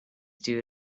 due